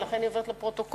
ולכן היא עוברת לפרוטוקול.